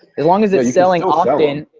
as long as it's selling often.